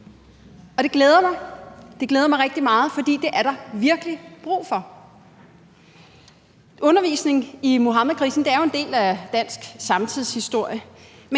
mig, det glæder mig rigtig meget, for det er der virkelig brug for. Undervisning i Muhammedkrisen er jo en del af dansk samtidshistorie,